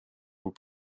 vous